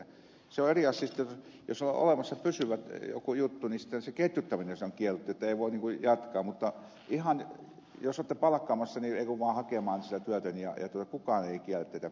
se on eri asia sitten jos on olemassa joku pysyvä juttu niin se ketjuttaminen on kielletty ei voi jatkaa mutta jos olette palkkaamassa niin ei kun vaan hakemaan sieltä työtön ja kukaan ei kiellä teitä palkkaamasta häntä